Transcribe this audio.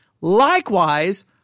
Likewise